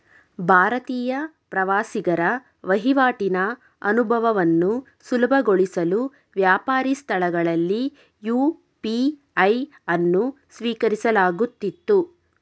ಭಾರತೀಯ ಪ್ರವಾಸಿಗರ ವಹಿವಾಟಿನ ಅನುಭವವನ್ನು ಸುಲಭಗೊಳಿಸಲು ವ್ಯಾಪಾರಿ ಸ್ಥಳಗಳಲ್ಲಿ ಯು.ಪಿ.ಐ ಅನ್ನು ಸ್ವೀಕರಿಸಲಾಗುತ್ತಿತ್ತು